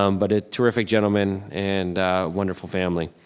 um but a terrific gentleman, and a wonderful family.